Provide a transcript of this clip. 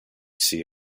see